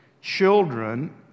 children